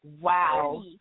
Wow